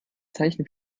zeichen